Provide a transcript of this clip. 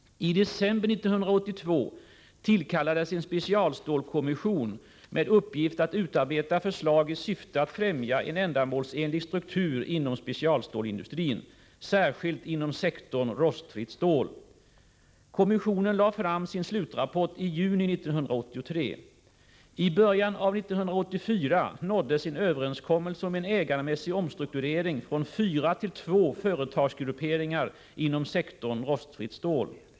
I december 1982 tillkallades en specialstålskommission med uppgift att utarbeta förslag i syfte att främja en ändamålsenlig struktur inom specialstålsindustrin, särskilt inom sektorn rostfritt stål. Kommissionen lade fram sin slutrapport i juni 1983. I början av år 1984 nåddes en överenskommelse om en ägarmässig omstrukturering från fyra till två företagsgrupperingar inom sektorn rostfritt stål.